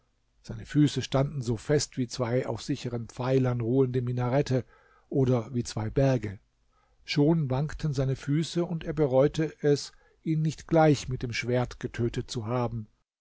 seine füße standen so fest wie zwei auf sicheren pfeilern ruhende minarette oder wie zwei berge schon wankten seine füße und er bereute es ihn nicht gleich mit dem schwert getötet zu haben